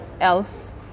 else